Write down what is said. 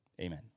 amen